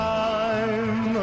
time